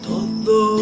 Todo